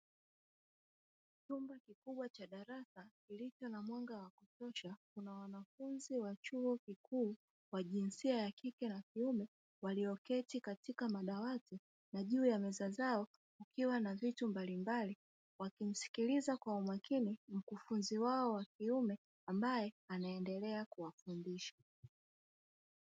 Chumba kikubwa cha darasa kilicho na mwanga wa kutosha. Kuna wanafunzi wa chuo kikuu wa jinsia ya kike na kiume walioketi katika madawati na juu ya meza zao kukiwa na vitu mbalimbali. Wakimsikiliza kwa umakini mkufunzi wao wa kiume ambaye anaendelea kuwafundisha.